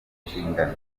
nshingano